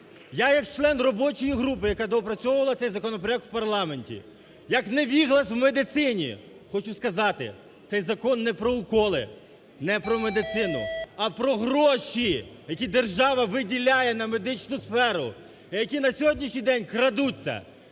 Я як член робочої групи, яка доопрацьовувала цей законопроект в парламенті, як невіглас в медицині хочу сказати: цей закон не про уколи, не про медицину, а про гроші, які держава виділяє на медичну сферу і які на сьогоднішній день крадуться!